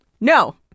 No